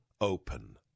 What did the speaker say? open